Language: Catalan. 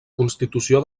constitució